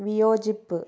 വിയോജിപ്പ്